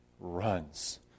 runs